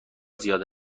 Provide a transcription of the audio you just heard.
زیاد